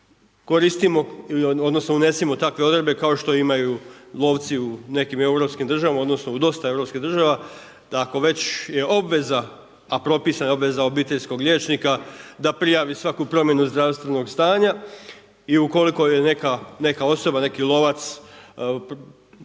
koristimo odnosno unesimo takve odredbe kao što imaju lovci u nekim europskim državama odnosno u dosta europskih država, da ako već je obveza a propisana je obveza obiteljskog liječnika da prijavi svaku promjenu zdravstveno stanja. I ukoliko je neka osoba, neki lovac